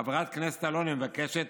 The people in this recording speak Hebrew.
חברת הכנסת אלוני, היא מבקשת,